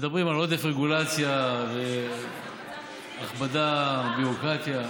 מדברים על עודף רגולציה, הכבדה של ביורוקרטיה.